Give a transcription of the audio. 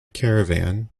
caravan